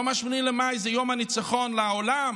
יום 8 במאי זה יום הניצחון לעולם,